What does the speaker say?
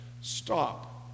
stop